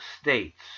states